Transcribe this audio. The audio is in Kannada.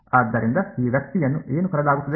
ಆದ್ದರಿಂದ ಈ ವ್ಯಕ್ತಿಯನ್ನು ಏನು ಕರೆಯಲಾಗುತ್ತದೆ